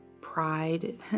pride